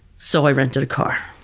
so i rented a car.